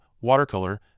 watercolor